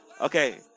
Okay